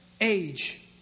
age